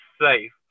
safe